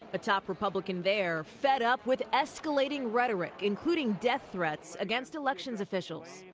a top republican there fed up with escalating rhetoric including death threats against elections officials.